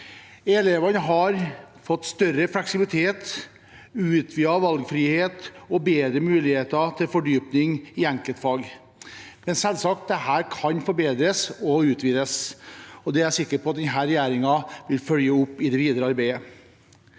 Elevene har fått større fleksibilitet, utvidet valgfrihet og bedre muligheter til fordypning i enkeltfag. Selvsagt kan dette forbedres og utvides, og det er jeg sikker på at denne regjeringen vil følge opp i det videre arbeidet.